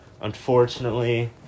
Unfortunately